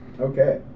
Okay